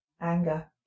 Anger